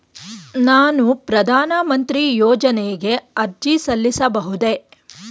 ನಾನು ಪ್ರಧಾನ ಮಂತ್ರಿ ಯೋಜನೆಗೆ ಅರ್ಜಿ ಸಲ್ಲಿಸಬಹುದೇ?